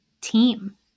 team